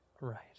Right